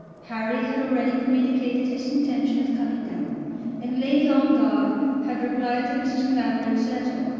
harry had already communicated his intention of coming down and lady ongar had replied to mrs. clavering's letter,